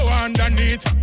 underneath